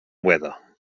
weather